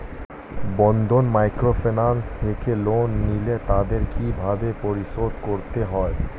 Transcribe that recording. বন্ধন microfinance থেকে loan নিলে তাদের কিভাবে পরিশোধ করতে হয়?